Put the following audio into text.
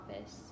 office